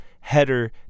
header